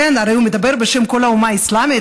הרי הוא מדבר בשם כל האומר האסלאמית,